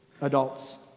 Adults